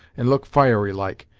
and look fiery like,